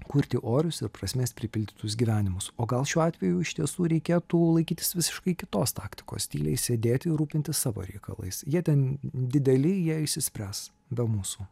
kurti orius ir prasmės pripildytus gyvenimus o gal šiuo atveju iš tiesų reikėtų laikytis visiškai kitos taktikos tyliai sėdėti ir rūpintis savo reikalais jie ten dideli jie išsispręs be mūsų